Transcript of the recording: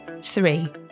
Three